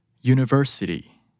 University